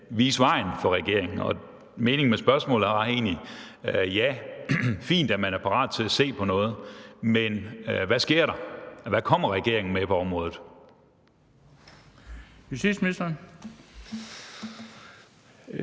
vise vejen for regeringen. Og meningen med spørgsmålet var egentlig at sige: Ja, det er fint, at man er parat til at se på noget. Men hvad sker der? Hvad kommer regeringen med på området?